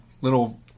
little